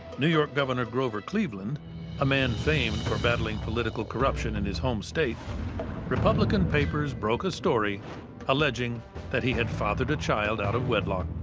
new york governor grover cleveland a man famed for battling political corruption in his home state republican papers broke a story alleging that he had fathered a child out of wedlock.